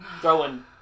Throwing